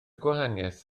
gwahaniaeth